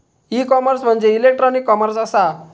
E commerce म्हणजे electronic commerce असा